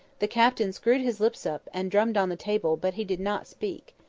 the captain screwed his lips up, and drummed on the table, but he did not speak.